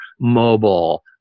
Mobile